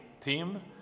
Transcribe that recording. team